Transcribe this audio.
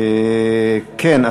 כן.